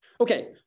Okay